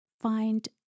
find